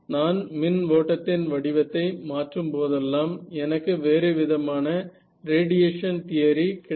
நான் மின் ஓட்டத்தின் வடிவத்தை மாற்றும் போதெல்லாம் எனக்கு வேறுவிதமான ரேடியேஷன் தியரி கிடைக்கும்